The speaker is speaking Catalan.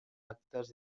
actes